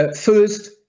First